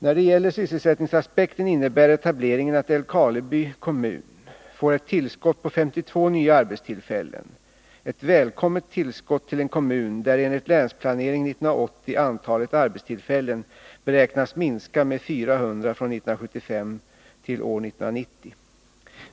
När det gäller sysselsättningsaspekten innebär etableringen att Älvkarleby kommun får ett tillskott på 52 nya arbetstillfällen, ett välkommet tillskott till en kommun där enligt Länsplanering 1980 antalet arbetstillfällen beräknas minska med 400 från 1975 till år 1990.